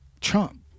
Trump